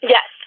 Yes